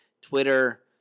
Twitter